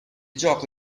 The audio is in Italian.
gioco